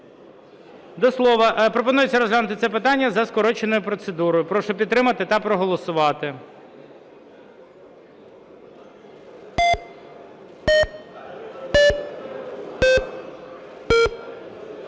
2689). Пропонується розглянути це питання за скороченою процедурою. Прошу підтримати та проголосувати.